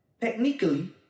technically